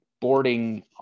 boarding